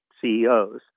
CEOs